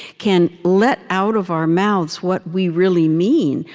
can let out of our mouths what we really mean,